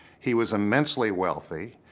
he was immensely wealthy.